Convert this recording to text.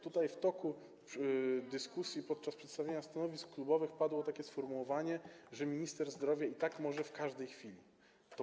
Tutaj w toku dyskusji podczas przedstawiania stanowisk klubowych padło takie sformułowanie, że minister zdrowia i tak może w każdej chwili przeprowadzić kontrolę.